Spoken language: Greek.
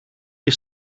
και